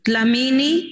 Lamini